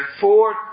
four